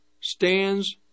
stands